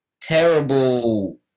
terrible